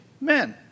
Men